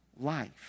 life